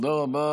תודה רבה.